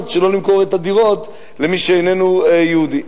שלא למכור את הדירות למי שאיננו יהודי.